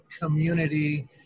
community